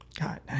God